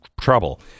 trouble